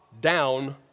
down